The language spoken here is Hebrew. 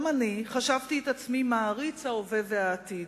גם אני חשבתי את עצמי מעריץ ההווה והעתיד,